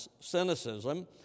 cynicism